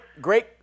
Great